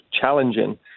challenging